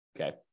Okay